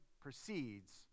proceeds